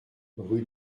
rue